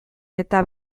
eta